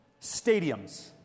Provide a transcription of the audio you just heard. stadiums